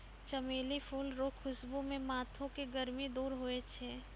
चमेली फूल रो खुशबू से माथो के गर्मी दूर होय छै